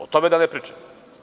O tome da ne pričam.